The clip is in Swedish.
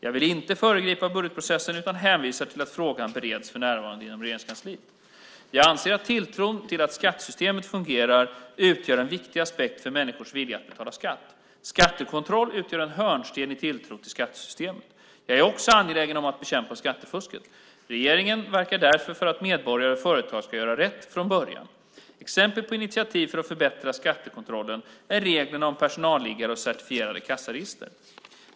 Jag vill inte föregripa budgetprocessen utan hänvisar till att frågan bereds för närvarande inom Regeringskansliet. Jag anser att tilltron till att skattesystemet fungerar utgör en viktig aspekt för människors vilja att betala skatt. Skattekontrollen utgör en hörnsten i tilltron till skattesystemet. Jag är också angelägen om att bekämpa skattefusket. Regeringen verkar därför för att medborgare och företag ska göra rätt från början. Exempel på initiativ för att förbättra skattekontrollen är reglerna om personalliggare och certifierade kassaregister.